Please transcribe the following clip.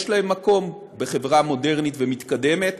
יש להם מקום בחברה מודרנית ומתקדמת,